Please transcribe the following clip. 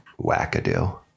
Wackadoo